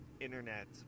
internet